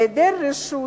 היעדר רשות